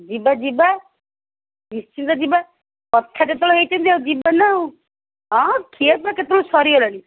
ଯିବା ଯିବା ନିଶ୍ଚିନ୍ତ ଯିବା କଥା ଯେତେବେଳେ ହେଇଛନ୍ତି ଆଉ ଯିବା ନା ଆଉ ହଁ ଖିଆପିଆ କେତେବେଳୁ ସରିଗଲାଣି